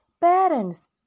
Parents